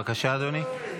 בבקשה, אדוני.